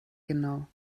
genau